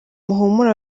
muhumure